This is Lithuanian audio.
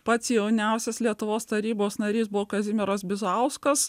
pats jauniausias lietuvos tarybos narys buvo kazimieras bizauskas